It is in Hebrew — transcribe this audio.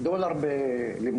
זה מביא אותי לנקודה הבאה יש לנו מספר